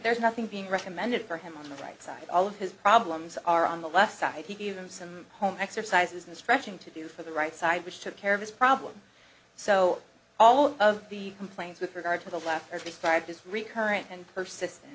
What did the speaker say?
there's nothing being recommended for him on the right side all of his problems are on the left side he gave him some home exercises and stretching to do for the right side which took care of this problem so all of the complaints with regard to the lack of these type this recurrent and persistent